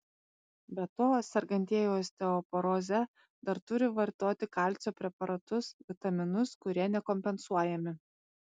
be to sergantieji osteoporoze dar turi vartoti kalcio preparatus vitaminus kurie nekompensuojami